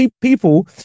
People